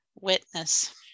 witness